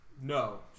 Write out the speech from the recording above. No